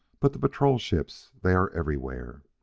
but the patrol ships, they are everywhere.